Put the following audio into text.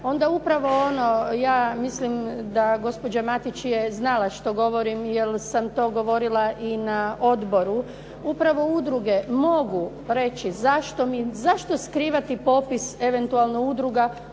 onda upravo ono ja mislim da gospođa Matić je znala što govorim jer sam to govorila i na odboru. Upravo udruge mogu reći zašto skrivati popis eventualno udruga